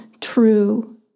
true